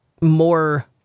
more